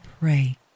pray